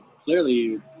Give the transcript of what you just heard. clearly